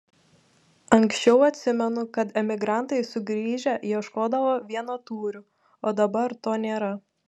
anksčiau atsimenu kad emigrantai sugrįžę ieškodavo vienatūrių o dabar to nėra